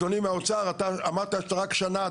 אדוני מהאוצר אמרת רק שנה,